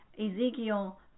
Ezekiel